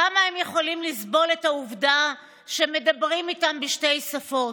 כמה הם יכולים לסבול את העובדה שמדברים איתם בשתי שפות?